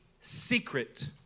secret